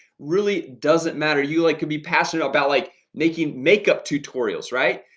really doesn't matter you like could be passionate about like making makeup tutorials. right?